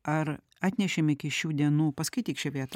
ar atnešėme iki šių dienų paskaityk šią vietą